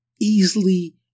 easily